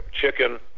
chicken